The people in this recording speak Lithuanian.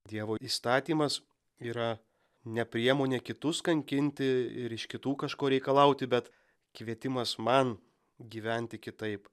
dievo įstatymas yra ne priemonė kitus kankinti ir iš kitų kažko reikalauti bet kvietimas man gyventi kitaip